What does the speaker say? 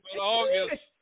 August